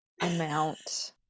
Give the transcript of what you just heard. amount